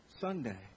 Sunday